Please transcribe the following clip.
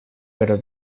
pero